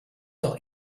doch